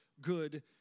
good